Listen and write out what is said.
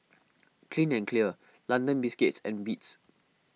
Clean and Clear London Biscuits and Beats